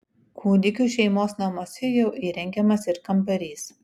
kūdikiui šeimos namuose jau įrengiamas ir kambarys